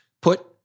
put